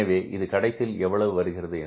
எனவே இது கடைசியில் எவ்வளவு வருகிறது